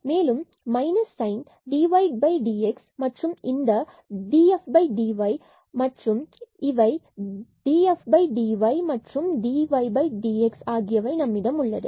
மேலும் minus sign dydx மற்றும் இந்த dfdy மற்றும் இவை dfdy and dydx நம்மிடம் உள்ளது